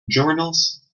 journals